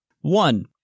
one